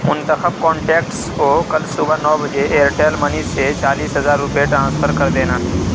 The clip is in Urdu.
منتخب کانٹیکٹس کو کل صبح نو بجے ایرٹیل منی سے چالیس ہزار روپے ٹرانسفر کر دینا